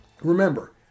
Remember